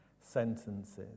sentences